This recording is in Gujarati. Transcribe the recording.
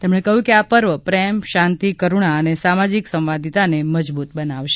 તેમણે કહ્યું છે કે આ પર્વ પ્રેમ શાંતિ કરૂણા અને સામાજિક સંવાદિતાને મજબૂત બનાવશે